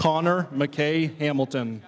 conor mckay hamilton